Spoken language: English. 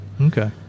Okay